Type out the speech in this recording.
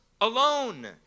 Alone